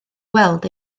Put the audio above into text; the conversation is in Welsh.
weld